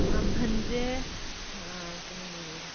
ꯃꯃꯟꯁꯦ ꯀꯔꯤꯅꯤ